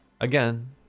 again